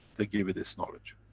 they give you this knowledge.